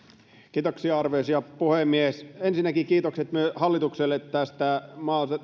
vastaamaan arvoisa puhemies ensinnäkin kiitokset hallitukselle tästä